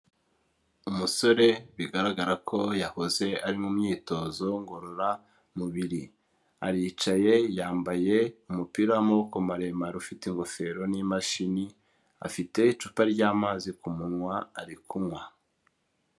Umusore bigaragara ko yahoze ari mu myitozo ngororamubiri, aricaye, yambaye umupira w'amaboko maremare, ufite ingofero n'imashini, afite icupa ry'amazi ku munwa, ari kunywa.